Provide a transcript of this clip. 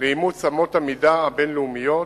לאימוץ אמות המידה הבין-לאומיות,